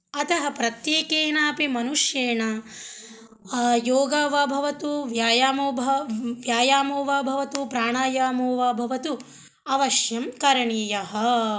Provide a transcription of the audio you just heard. अतः प्रत्येकेनापि मनुष्येण योगः वा भवतु व्यायामो भ व्यायामो वा भवतु प्राणायामो वा भवतु अवश्यं करणीयः